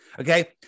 Okay